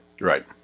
Right